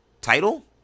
title